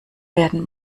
werden